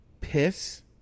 piss